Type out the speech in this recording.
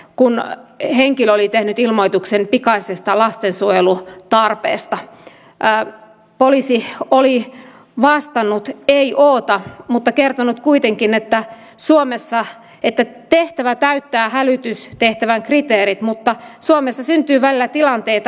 kun henkilö oli tehnyt ilmoituksen pikaisesta valtion osalta totean sen että tässä on myös niin että valtiolla tulee olemaan tiukkaa ohjausta liittyen muun muassa tänne ict ja digitalisaatiopuoleen